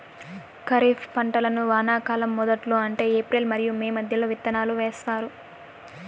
ఖరీఫ్ పంటలను వానాకాలం మొదట్లో అంటే ఏప్రిల్ మరియు మే మధ్యలో విత్తనాలు వేస్తారు